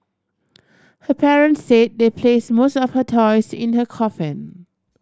her parents said they placed most of her toys in her coffin